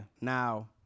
Now